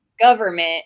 government